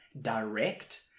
direct